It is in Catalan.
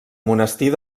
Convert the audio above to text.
monestir